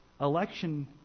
election